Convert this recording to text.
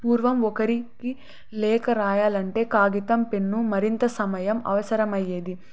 పూర్వం ఒకరికి లేఖ రాయాలంటే కాగితం పెన్ను మరింత సమయం అవసరమయ్యేది